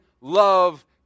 love